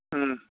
ꯎꯝ